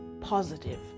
positive